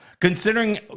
Considering